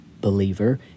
believer